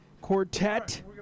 quartet